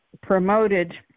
promoted